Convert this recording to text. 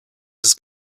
his